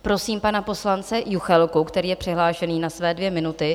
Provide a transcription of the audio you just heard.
Prosím pana poslance Juchelku, který je přihlášený na své dvě minuty.